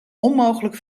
onmogelijk